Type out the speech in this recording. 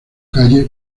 calle